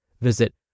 Visit